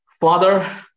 Father